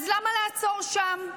למה לעצור שם?